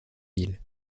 ville